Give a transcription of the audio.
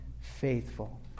faithful